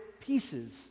pieces